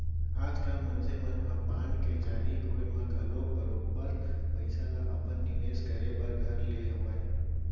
आजकाल मनसे मन ह बांड के जारी होय म घलौक बरोबर पइसा ल अपन निवेस करे बर धर ले हवय